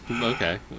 okay